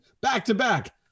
back-to-back